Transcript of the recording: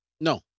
No